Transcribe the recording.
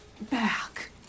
back